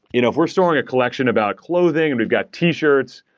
you know if we're storing a collection about clothing and we've got t-shirts,